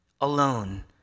alone